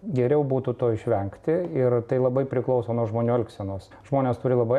geriau būtų to išvengti ir tai labai priklauso nuo žmonių elgsenos žmonės turi labai